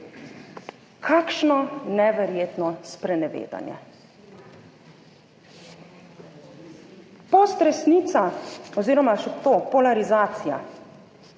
Kakšno neverjetno sprenevedanje. Post resnica oziroma še to, polarizacija,